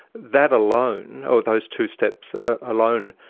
that alone or those two steps alone,